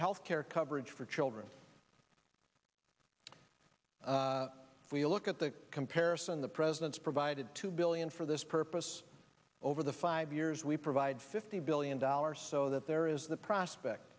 health care coverage for children if we look at the comparison the president's provided two billion for this purpose over the five years we provide fifty billion dollars so that there is the prospect